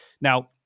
now